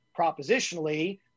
propositionally